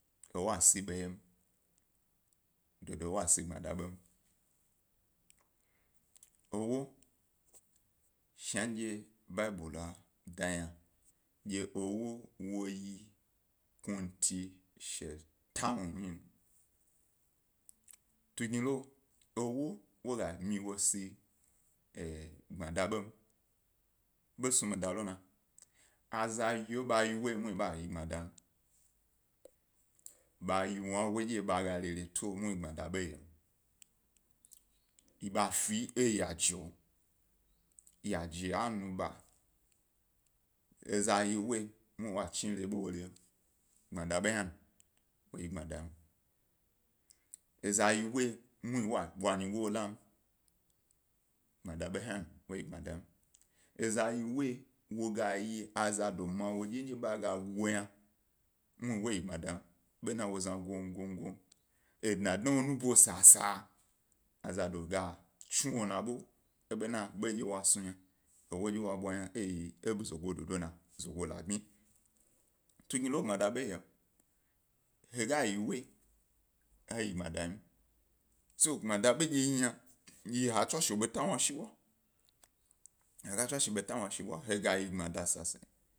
Ewo a si ḃo yem, dodo ewoga si gbmada ḃom, e wo shandye baibulu dayna, dye ewo, woyi knuti shatawunyi, tungni lo ewo woga myi wo si gbmada ḃom, ḃa wo ga myi wo si gbmada ḃom, ḃa snu mi dalona, a za yo ḃa yiwo yi muhni ḃa yi gbmada yim, ḃa yiwo gi muhni ḃa yi gbmada yim ba yi dye bareretu muhni gbmada ḃo yem, ḃafe eyaje, yaje a nu ḃa, ezayi woyi muhni wa chi ere ḃa worem, gbmada ḃe hni, eza yi wo yi muhni wo bwa nyigo wo lam, gbmada be hni, wo yi gbmadam, ezayiwoyi wo ga yi a zado ma wo dye ndye ḃa ga guwo yna muhni wo yi gbmadam bena wo zna gam-gom-gom edna dna wo nubo sa sa-a zado ga tsu wo nabo bena bowa snu yna, ewo ndye wo bwa eyi e zogo dodo lo na, zogo labniyi. Tungni lo gbmada bo eyom, he ga yi ewo, he gbmaddam tso gbmada be ndye yi yna yi ge ha tswashe beta wna she bwa ha ga tswashe beta wnashi he ga yi gbmada sasayi.